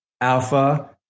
alpha